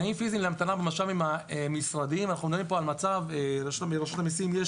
תנאים פיזיים להמתנה במש"מים המשרדיים לרשות המיסים יש